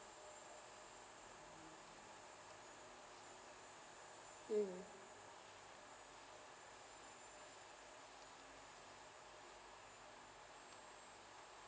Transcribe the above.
mm